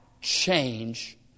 change